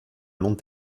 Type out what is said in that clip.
long